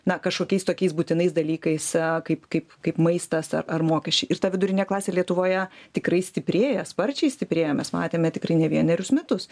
na kažkokiais tokiais būtinais dalykais kaip kaip kaip maistas ar ar mokesčiai ir ta vidurinė klasė lietuvoje tikrai stiprėja sparčiai stiprėja mes matėme tikrai ne vienerius metus